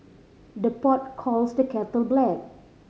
the pot calls the kettle black